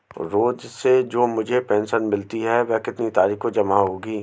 रोज़ से जो मुझे पेंशन मिलती है वह कितनी तारीख को जमा होगी?